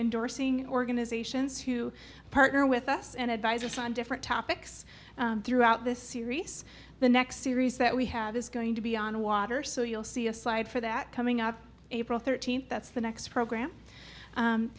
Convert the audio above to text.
indorsing organizations who partner with us and advise us on different topics throughout this series the next series that we have is going to be on water so you'll see a slide for that coming up april thirteenth that's the next program